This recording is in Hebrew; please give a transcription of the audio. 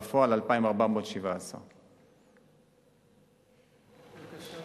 בפועל 2,417. בבקשה,